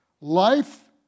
Life